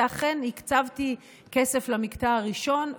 ואכן הקצבתי כסף למקטע הראשון,